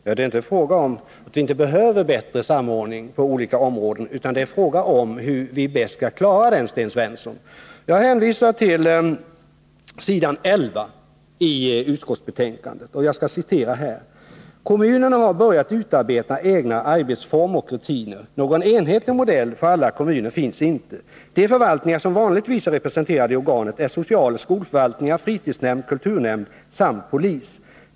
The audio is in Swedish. Fru talman! Det är inte fråga om att det inte behövs en bättre samordning på olika områden, utan det är fråga om hur det bäst skall gå till att klara den, Sten Svensson. Låt mig hänvisa till s. 11 i utskottsbetänkandet, där det står: ”Kommunerna har börjat utarbeta egna arbetsformer och rutiner. Någon enhetlig modell för alla kommuner finns inte. De förvaltningar som vanligtvis är representerade i organet är socialoch skolförvaltningar, fritidsnämnd, kulturnämnd samt polis.